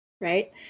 right